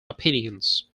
opinions